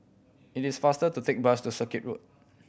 it is faster to take bus to Circuit Road